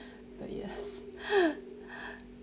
but yes